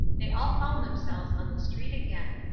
they all found themselves on the street again,